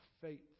faith